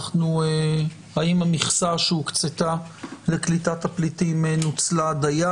המכסה שהוקצתה לקליטת הפליטים נוצלה דיה,